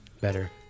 Better